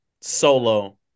Solo